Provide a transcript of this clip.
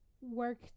work